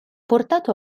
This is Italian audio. portato